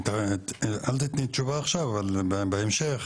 אל תיתני תשובה עכשיו, אבל בהמשך.